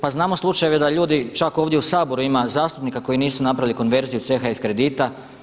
Pa znamo slučajeve da ljudi čak ovdje u Saboru ima zastupnika koji nisu napravili konverziju CHF kredita.